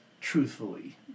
truthfully